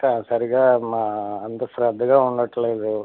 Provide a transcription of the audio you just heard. ఇంకా సరిగ్గా అంత శ్రద్దగా ఉండటంలేదు